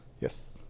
Yes